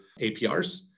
APRs